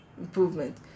improvement